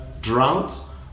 droughts